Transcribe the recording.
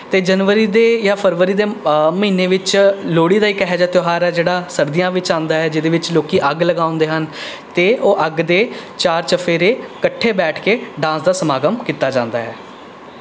ਅਤੇ ਜਨਵਰੀ ਦੇ ਜਾਂ ਫਰਵਰੀ ਦੇ ਮਹੀਨੇ ਵਿੱਚ ਲੋਹੜੀ ਦਾ ਇੱਕ ਇਹੋ ਜਿਹਾ ਤਿਉਹਾਰ ਹੈ ਜਿਹੜਾ ਸਰਦੀਆਂ ਵਿੱਚ ਆਉਂਦਾ ਹੈ ਜਿਹਦੇ ਵਿੱਚ ਲੋਕ ਅੱਗ ਲਗਾਉਂਦੇ ਹਨ ਅਤੇ ਉਹ ਅੱਗ ਦੇ ਚਾਰ ਚੁਫੇਰੇ ਇਕੱਠੇ ਬੈਠ ਕੇ ਡਾਂਸ ਦਾ ਸਮਾਗਮ ਕੀਤਾ ਜਾਂਦਾ ਹੈ